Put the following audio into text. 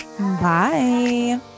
Bye